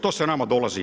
To sve nama dolazi.